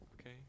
okay